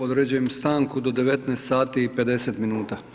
Određujem stanku do 19 sati i 50 minuta.